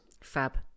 Fab